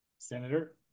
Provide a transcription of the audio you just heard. Senator